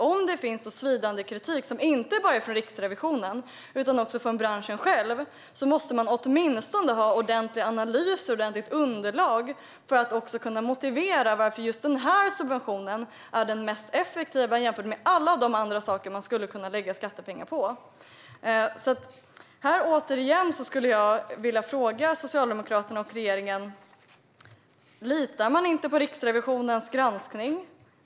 Om det finns svidande kritik inte bara från Riksrevisionen utan också från branschen själv måste man åtminstone ha en ordentlig analys och ordentligt underlag för att motivera varför en viss subvention är den mest effektiva, mot bakgrund av alla andra saker man skulle kunna lägga skattepengar på. Jag skulle återigen vilja fråga Socialdemokraterna och regeringen: Litar man inte på Riksrevisionens granskning?